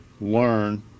learn